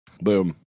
boom